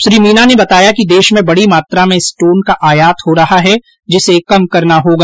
उन्होंने बताया कि देश में बड़ी मात्रा में स्टोन का आयात हो रहा है जिसे कम करना होगा